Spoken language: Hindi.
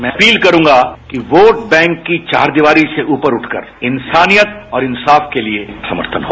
मैं अपील करूगां कि वोट बैंक की चार दीवारी से ऊपर उठकर इंसानियत और इंसाफ के लिए समर्थन हो